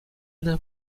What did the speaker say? perd